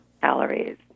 calories